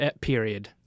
period